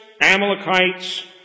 Amalekites